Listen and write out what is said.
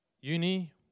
uni